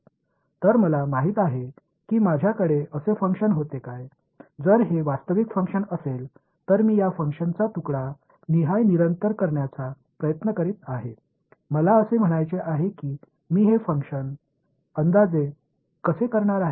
तर मला माहित आहे की माझ्याकडे असे फंक्शन होते काय जर हे वास्तविक फंक्शन असेल तर मी या फंक्शनचा तुकडा निहाय निरंतर करण्याचा प्रयत्न करीत आहे मला असे म्हणायचे आहे की मी हे माझे फंक्शन अंदाजे कसे करणार आहे